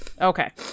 Okay